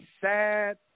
sad